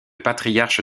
patriarche